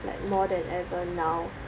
like more than ever now